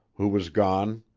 who was gone.